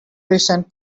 recent